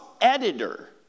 editor